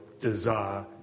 desire